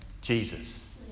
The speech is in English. Jesus